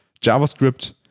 JavaScript